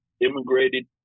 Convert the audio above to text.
immigrated